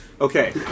Okay